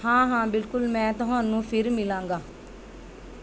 ਹਾਂ ਹਾਂ ਬਿਲਕੁਲ ਮੈਂ ਤੁਹਾਨੂੰ ਫਿਰ ਮਿਲਾਂਗਾ